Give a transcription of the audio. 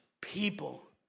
people